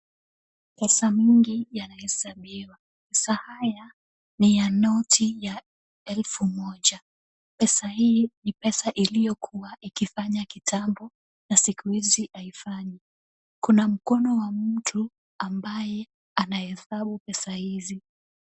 Pesa mingi yanahesabiwa. Pesa haya ni ya noti ya elfu moja. Pesa hii ni pesa iliyokuwa ikifanya kitambo, na siku hizi haifanyi. Kuna mkono wa mtu ambaye anahesabu pesa hizi.